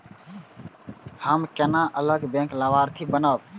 हम केना अलग बैंक लाभार्थी बनब?